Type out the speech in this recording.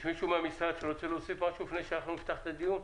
יש מישהו מהמשרד שרוצה להוסיף משהו לפני שנפתח את הדיון?